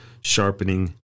sharpening